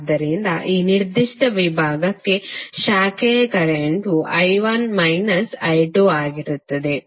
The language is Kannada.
ಆದ್ದರಿಂದ ಈ ನಿರ್ದಿಷ್ಟ ವಿಭಾಗಕ್ಕೆ ಶಾಖೆಯ ಕರೆಂಟ್ವು I1 ಮೈನಸ್ I2 ಆಗಿರುತ್ತದೆ